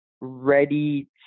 ready